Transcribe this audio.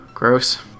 gross